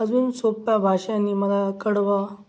अजून सोप्प्या भाषांनी मला कळवा